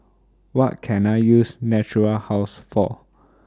What Can I use Natura House For